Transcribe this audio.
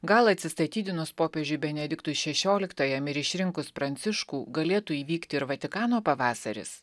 gal atsistatydinus popiežiui benediktui šešioliktajam ir išrinkus pranciškų galėtų įvykti ir vatikano pavasaris